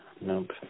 Nope